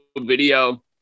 video